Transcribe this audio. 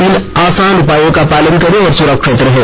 तीन आसान उपायों का पालन करें और सुरक्षित रहें